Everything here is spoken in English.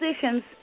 positions